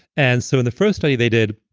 and so in the first study they did,